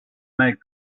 make